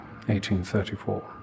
1834